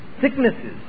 sicknesses